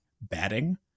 batting